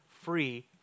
free